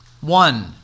One